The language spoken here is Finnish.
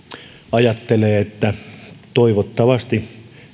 ajattelee että toivottavasti